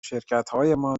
شرکتهایمان